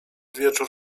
wieczór